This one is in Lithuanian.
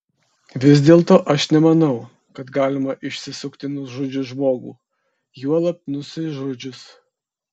vis dėlto aš nemanau kad galima išsisukti nužudžius žmogų juolab nusižudžius